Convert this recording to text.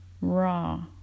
raw